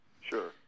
Sure